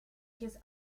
his